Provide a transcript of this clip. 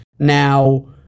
Now